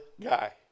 guy